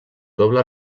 doble